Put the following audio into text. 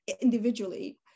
individually